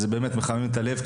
זה מחמם את הלב,